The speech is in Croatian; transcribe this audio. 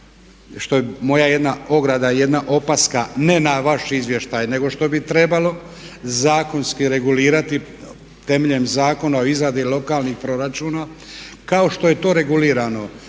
što je moja jedna ograda, jedna opaska, ne na vaš izvještaj nego što bi trebalo zakonski regulirati temeljem Zakona o izradi lokalnih proračuna kao što je to regulirano